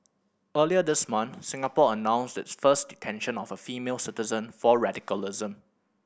earlier this month Singapore announced its first detention of a female citizen for radicalism